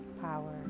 power